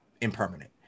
impermanent